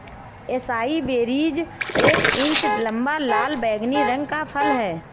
acai berries एक inch लंबा, लाल बैंगनी रंग का फल है